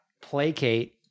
placate